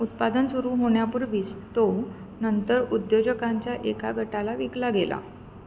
उत्पादन सुरू होण्यापूर्वीच तो नंतर उद्योजकांच्या एका गटाला विकला गेला